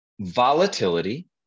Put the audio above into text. volatility